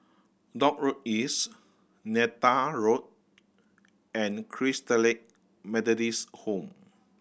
Dock Road East Neythal Road and Christalite Methodist Home